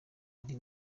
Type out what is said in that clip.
ari